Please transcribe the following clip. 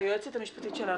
היועצת המשפטית שלנו,